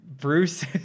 Bruce